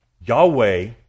Yahweh